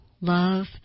love